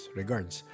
Regards